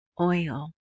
oil